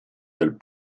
del